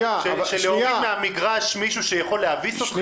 להוריד מהמגרש מישהו שיכול להביס אתכם?